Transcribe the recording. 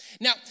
Now